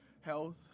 health